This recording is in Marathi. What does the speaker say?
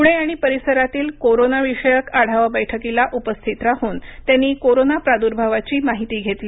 पुणे आणि परिसरातील कोरोना विषयक आढावा बैठकीला उपस्थित राहून त्यांनी कोरोना प्रादुर्भावाची माहिती घेतली